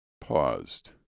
paused